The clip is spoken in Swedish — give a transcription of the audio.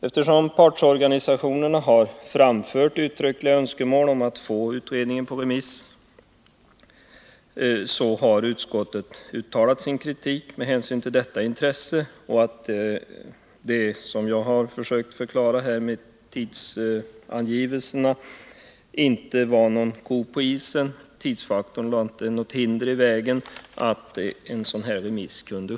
Eftersom partsorganisationerna framfört uttryckliga önskemål om att få utredningen på remiss har utskottet här uttalat kritik. Och som jag försökt förklara med tidsangivelserna var det inte någon ko på isen. Tidsfaktorn lade alltså inte några hinder i vägen för en remissomgång.